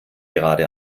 gerade